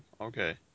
okay